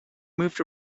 moved